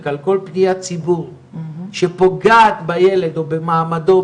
על כל פניית ציבור שפוגעת בילד או במעמדו,